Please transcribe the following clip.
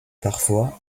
parfois